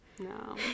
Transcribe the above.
No